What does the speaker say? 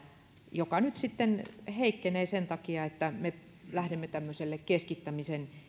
joka nyt sitten heikkenee sen takia että me lähdemme tämmöiselle keskittämisen